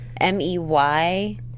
M-E-Y